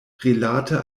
rilate